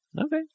Okay